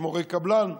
יש מורי קבלן,